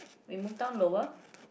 we move down lower